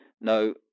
No